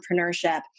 entrepreneurship